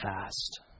fast